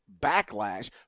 backlash